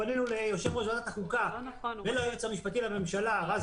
פנינו ליושב-ראש ועדת החוקה וליועץ המשפטי לממשלה רז